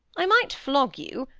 i might flog you,